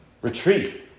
retreat